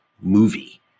movie